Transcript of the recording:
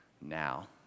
now